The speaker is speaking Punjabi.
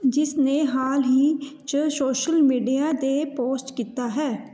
ਜਿਸ ਨੇ ਹਾਲ ਹੀ 'ਚ ਸ਼ੋਸ਼ਲ ਮੀਡੀਆ 'ਤੇ ਪੋਸਟ ਕੀਤਾ ਹੈ